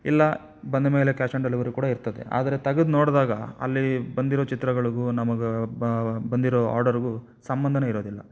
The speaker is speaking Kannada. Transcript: ಇಲ್ಲ ಬಂದಮೇಲೆ ಕ್ಯಾಶ್ ಆನ್ ಡೆಲಿವರಿ ಕೂಡ ಇರ್ತದೆ ಆದರೆ ತೆಗೆದು ನೋಡಿದಾಗ ಅಲ್ಲಿ ಬಂದಿರೋ ಚಿತ್ರಗಳಿಗು ನಮಗೆ ಬಂದಿರೋ ಆರ್ಡರ್ಗು ಸಂಬಂಧವೇ ಇರೋದಿಲ್ಲ